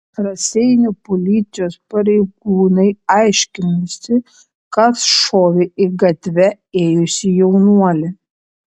raseinių policijos pareigūnai aiškinasi kas šovė į gatve ėjusį jaunuolį